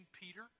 Peter